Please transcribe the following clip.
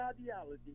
ideology